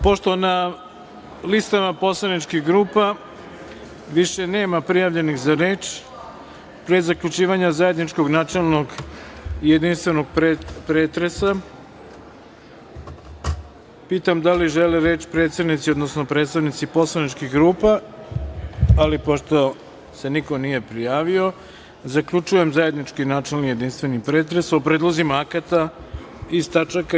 Pošto na listama poslaničkih grupa više nema prijavljenih za reč, pre zaključivanja zajedničkog načelnog jedinstvenog pretresa pitam da li žele reč predsednici, odnosno predstavnici poslaničkih grupa? (Ne.) Pošto se niko nije prijavio zaključujem zajednički načelni jedinstveni pretres o predlozima akata iz tač.